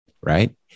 right